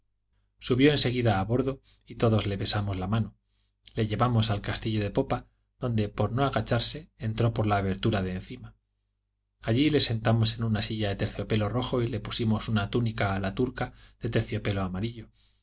subió en seguida a bordo y todos le besamos la mano le llevamos al castillo de popa donde por no agacharse entró por la abertura de encima allí le sentamos en una silla de terciopelo rojo y le pusimos una túnica a la turca de terciopelo amarillo